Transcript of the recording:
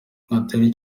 atari